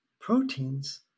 proteins